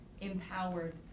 empowered